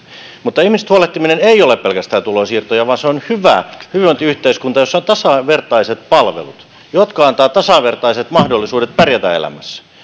mutta ihmisistä huolehtiminen ei ole pelkästään tulonsiirtoja vaan se on hyvä hyvinvointiyhteiskunta jossa on tasavertaiset palvelut jotka antavat tasavertaiset mahdollisuudet pärjätä elämässä